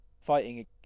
fighting